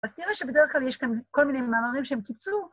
אז תראה שבדרך כלל יש כאן כל מיני מאמרים שהם קיצור.